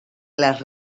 les